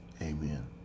Amen